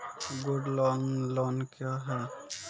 Gold loan loan क्या हैं?